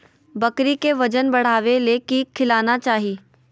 बकरी के वजन बढ़ावे ले की खिलाना चाही?